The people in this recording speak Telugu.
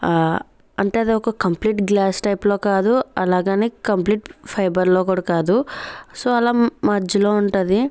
ఆ అంటే అది ఒక కంప్లీట్ గ్లాస్ టైప్లో కాదు అలాగని కంప్లీట్ ఫైబర్లో కూడా కాదు సో అలా మధ్యలో ఉంటుంది